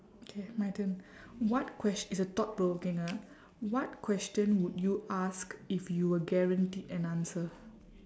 okay my turn what ques~ it's a thought provoking ah what question would you ask if you were guaranteed an answer